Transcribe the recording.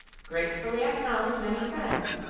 gratefully acknowledge many friends,